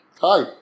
Hi